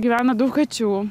gyvena daug kačių